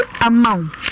amount